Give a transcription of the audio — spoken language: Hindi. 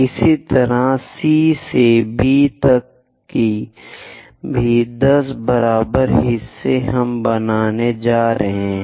इसी तरह C से B तक भी 10 बराबर हिस्से हम बनाने जा रहे हैं